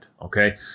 okay